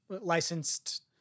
Licensed